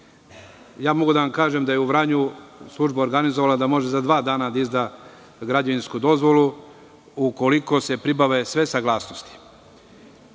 Mogu da vam kažem da je u Vranju služba organizovala da može za dva dana da izda građevinsku dozvolu, ukoliko se pribave sve saglasnosti.